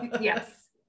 Yes